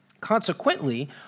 Consequently